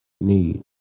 need